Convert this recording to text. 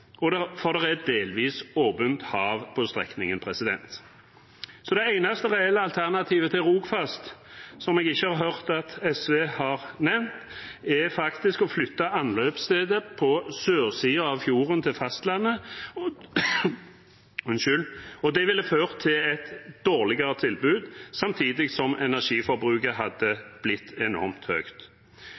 for det er delvis åpent hav på strekningen. Det eneste reelle alternativet til Rogfast, som jeg ikke har hørt at SV har nevnt, er faktisk å flytte anløpsstedet på sørsiden av fjorden til fastlandet. Det ville ha ført til et dårligere tilbud, samtidig som energiforbruket hadde blitt enormt høyt.